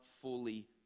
fully